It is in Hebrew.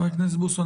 חבר הכנסת בוסו,